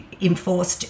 enforced